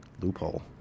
loophole